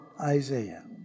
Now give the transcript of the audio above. Isaiah